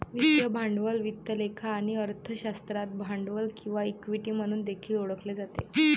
वित्तीय भांडवल वित्त लेखा आणि अर्थशास्त्रात भांडवल किंवा इक्विटी म्हणून देखील ओळखले जाते